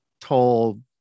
told